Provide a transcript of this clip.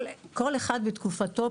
כל אחד בתקופתו,